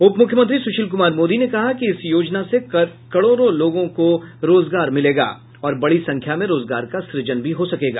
उपमुख्यमंत्री सुशील कुमार मोदी ने कहा कि इस योजना से करोडों लोगों को रोजगार मिलेगा और बड़ी संख्या में रोजगार का सूजन भी हो सकेगा